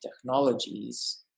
technologies